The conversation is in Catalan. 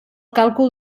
càlcul